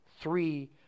three